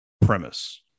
premise